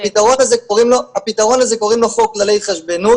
לפתרון הזה קוראים חוק כללי התחשבנות